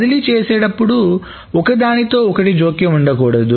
బదిలీ చేసేటప్పుడు ఒకదానితో ఒకటి జోక్యం ఉండకూడదు